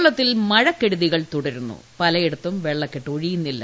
കേരളത്തിൽ മഴക്കെടുതികൾ തുടരുന്നു പലയിടത്തും വെള്ളക്കെട്ട് ഒഴിയുന്നില്ല